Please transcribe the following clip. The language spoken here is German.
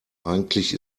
eigentlich